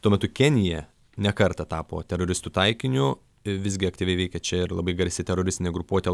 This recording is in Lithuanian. tuo metu kenija ne kartą tapo teroristų taikiniu visgi aktyviai veikė čia labai garsi teroristinė grupuotė